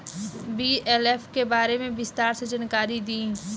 BLF के बारे में विस्तार से जानकारी दी?